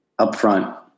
upfront